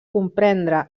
comprendre